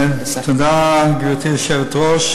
תודה, גברתי היושבת-ראש.